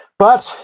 but,